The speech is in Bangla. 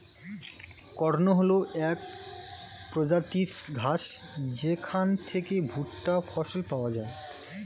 কর্ন হল এক প্রজাতির ঘাস যেখান থেকে ভুট্টা ফসল পাওয়া যায়